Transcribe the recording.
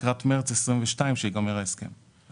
זה יקרה לקראת חודש מארס 2022 אז יסתיים ההסכם הזה.